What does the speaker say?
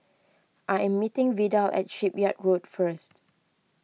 I am meeting Vidal at Shipyard Road first